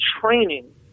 training